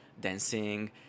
dancing